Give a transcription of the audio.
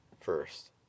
first